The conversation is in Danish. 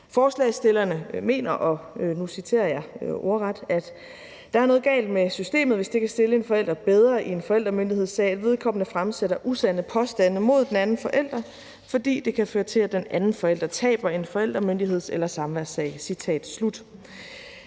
Forslagsstillerne skriver: »Der er noget galt med systemet, hvis det kan stille en forælder bedre i en forældremyndighedssag, at vedkommende fremsætter usande påstande mod den anden forælder, fordi det kan føre til, at den anden forælder taber en forældremyndigheds- eller samværssag.«